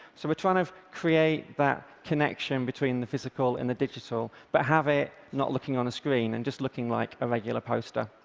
so we're trying to create that connection between the physical and the digital, but have it not looking on a screen, and just looking like a regular poster.